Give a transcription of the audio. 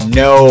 no